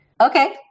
Okay